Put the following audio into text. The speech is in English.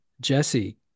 jesse